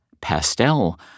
Pastel